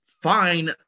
Fine